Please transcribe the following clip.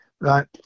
Right